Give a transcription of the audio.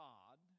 God